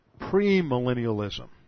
premillennialism